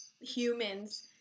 humans